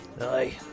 Aye